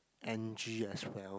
Angie as well